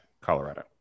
Colorado